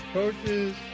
coaches